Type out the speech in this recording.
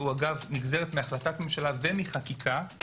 שהוא נגזרת מהחלטת ממשלה ומחקיקה,